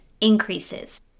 increases